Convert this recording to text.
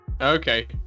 okay